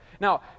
Now